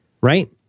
Right